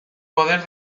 poder